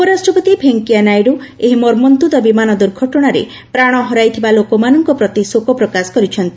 ଉପରାଷ୍ଟ୍ରପତି ଭେଙ୍କିୟା ନାଇଡୁ ଏହି ମର୍ମନ୍ତୁଦ ବିମାନ ଦୁର୍ଘଟଣାରେ ପ୍ରାଣ ହରାଇଥିବା ଲୋକମାନଙ୍କ ପ୍ରତି ଶୋକ ପ୍ରକାଶ କରିଛନ୍ତି